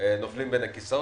נופלים בין הכיסאות.